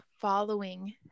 following